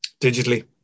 digitally